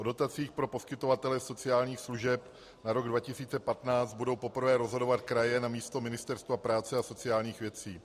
O dotacích pro poskytovatele sociálních služeb na rok 2015 budou poprvé rozhodovat kraje namísto Ministerstva práce a sociálních věcí.